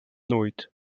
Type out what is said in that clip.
nooit